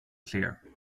clear